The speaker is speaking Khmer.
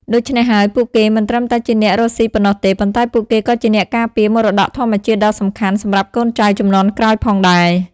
ដូច្នេះហើយ ពួកគេមិនត្រឹមតែជាអ្នករកស៊ីប៉ុណ្ណោះទេ ប៉ុន្តែពួកគេក៏ជាអ្នកការពារមរតកធម្មជាតិដ៏សំខាន់សម្រាប់កូនចៅជំនាន់ក្រោយផងដែរ។